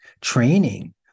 training